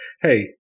Hey